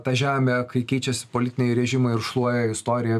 ta žemė kai keičiasi politiniai režimai ir šluoja istoriją